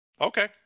okay